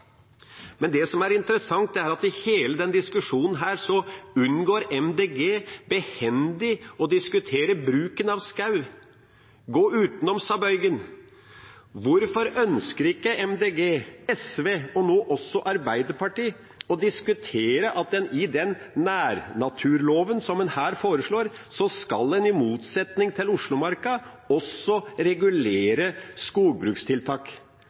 Men det er vesentlig hvordan denne bruken foregår, sånn at den ikke ødelegger naturverdiene eller ødelegger eksempelvis biologisk mangfold. Det som er interessant, er at i hele den diskusjonen unngår MDG behendig å diskutere bruken av skog. Gå utenom, sa Bøygen. Hvorfor ønsker ikke MDG, SV og nå også Arbeiderpartiet å diskutere at en i den nærnaturloven som en her foreslår, i motsetning til